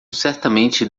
certamente